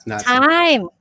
Time